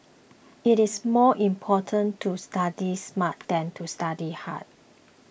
it is more important to study smart than to study hard